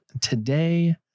Today